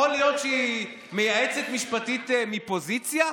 יכול להיות שהיא מייעצת משפטית מפוזיציה?